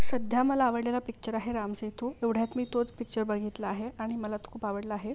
सध्या मला आवडलेला पिक्चर आहे रामसेतू एवढ्यात मी तोच पिक्चर बघितला आहे आणि मला तो खूप आवडला आहे